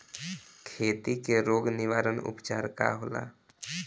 खेती के रोग निवारण उपचार का होला?